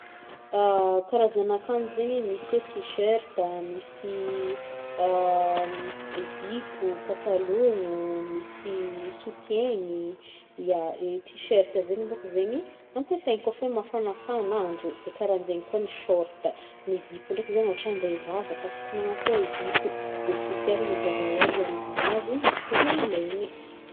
Karazagna akanjo zegny, misy hoe tiserta a, misy i zipo, patalon-gno, misy soutien-gny, ya i tiserta zegny bôka zegny ampiasaigny kaofa mafanafana andro de karaha zegny koa ny shorta, ny zipo ndraiky zegny ôhatra ande hivavaka afaka magnatô zipo, de soutien-gny mazava hoazy hoan'ny viavy tegna ilaigny.